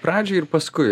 pradžioj ir paskui